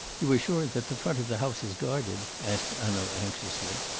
you are sure that the front of the house is guarded? asked hanaud anxiously.